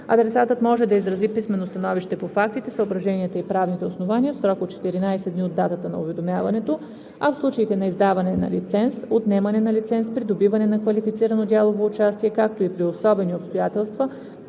Адресатът може да изрази писмено становище по фактите, съображенията и правните основания, в срок от 14 дни от датата на уведомяването, а в случаите на издаване на лиценз, отнемане на лиценз, придобиване на квалифицирано дялово участие, както и при особени обстоятелства